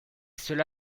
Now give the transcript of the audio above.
cela